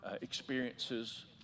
experiences